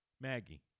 Maggie